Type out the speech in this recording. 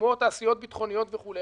כמו התעשיות הביטחוניות וכו'.